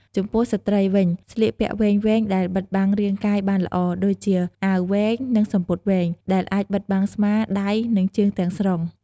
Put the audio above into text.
ចំពោះស្ត្រីវិញ៖ ស្លៀកពាក់វែងៗដែល បិទបាំងរាងកាយបានល្អ ដូចជាអាវវែង និងសំពត់វែង ដែលអាចបិទបាំងស្មា ដៃ និងជើងទាំងស្រុង។